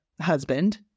husband